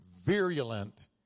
virulent